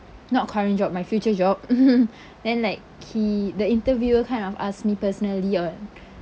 not current job my future job then like he the interviewer kind of ask me personally on